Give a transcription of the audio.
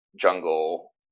jungle